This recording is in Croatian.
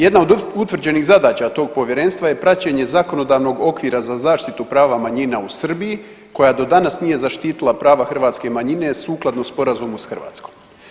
Jedna od utvrđenih zadaća tog povjerenstva je praćenje zakonodavnog okvira za zaštitu prava manjina u Srbiji koja do danas nije zaštitila prava hrvatske manjine sukladno sporazumu s Hrvatskom.